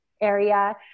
area